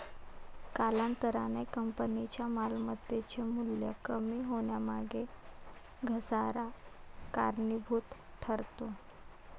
कालांतराने कंपनीच्या मालमत्तेचे मूल्य कमी होण्यामागे घसारा कारणीभूत ठरतो